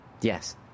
Yes